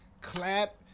Clap